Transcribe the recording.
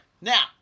Now